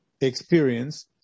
experience